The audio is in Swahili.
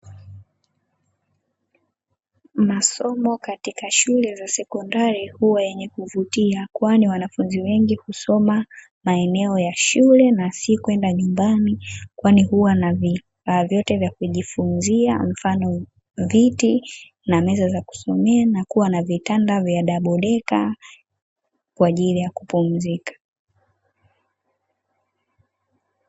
Masomo katika shule za sekondari huwa yenye kuvutia kwani wanafunzi wengi husoma maeneo ya shule na sikwenda nyumbani kwani huwa na vifaa vyote vya kujifunzia mfano; viti na meza za kusomea na kuwa na vitanda vya dabodeka kwa ajili ya kupumzika.